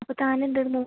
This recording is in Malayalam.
അപ്പോൾ താൻ എന്താ അത് മുൻ